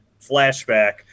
flashback